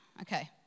Okay